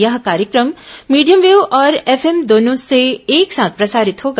यह कार्यक्रम medium wave और एफएफ दोनों से एक साथ प्रसारित होगा